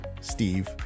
Steve